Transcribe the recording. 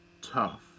tough